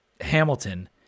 Hamilton